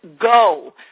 go